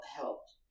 helped